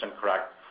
correct